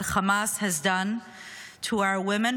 what Hamas has done to our women,